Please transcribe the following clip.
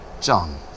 John